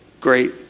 great